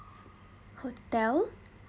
hotel